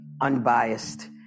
unbiased